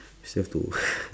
still have to